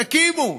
תקימו,